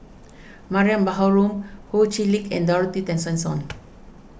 Mariam Baharom Ho Chee Lick and Dorothy Tessensohn